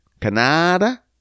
Canada